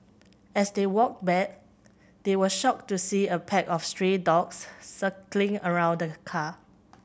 as they walked back they were shocked to see a pack of stray dogs circling around the car